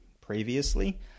previously